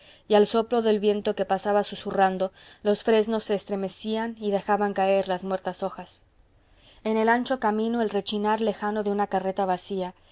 y al soplo del viento que pasaba susurrando los fresnos se estremecían y dejaban caer las muertas hojas en el ancho camino el rechinar lejano de una carreta vacía